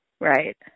Right